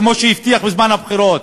כמו שהוא הבטיח בזמן הבחירות.